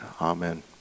Amen